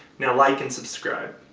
now like and subscribe!